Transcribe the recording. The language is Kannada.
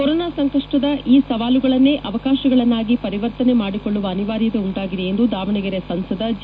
ಕೊರೋನಾ ಸಂಕಪ್ಪದ ಈ ಸವಾಲುಗಳನ್ನೇ ಅವಕಾಶಗಳನ್ನಾಗಿ ಪರಿವರ್ತನೆ ಮಾಡಿಕೊಳ್ಳುವ ಅನಿವಾರ್ಯತೆ ಉಂಟಾಗಿದೆ ಎಂದು ದಾವಣಗೆರೆ ಸಂಸದ ಜೆ